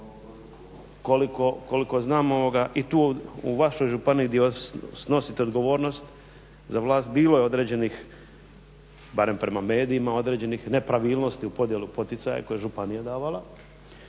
Koliko znam i tu u vašoj županiji gdje snosite odgovornost za vlast bilo je određenih, barem prema medijima određenih nepravilnosti u podjeli poticaja koje je županija davala.